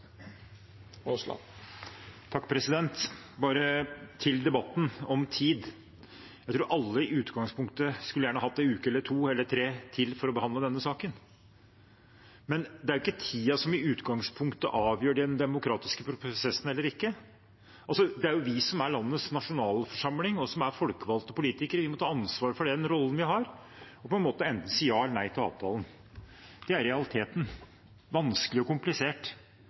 Til debatten om tid: Jeg tror alle i utgangspunktet gjerne skulle hatt en uke eller to eller tre til for å behandle denne saken, men det er jo ikke tiden som i utgangspunktet avgjør om det er en demokratisk prosess eller ikke. Det er vi som er landets nasjonalforsamling, og som er folkevalgte politikere. Vi må ta ansvar for den rollen vi har, og si enten ja eller nei til avtalen. Det er realiteten – vanskelig og komplisert.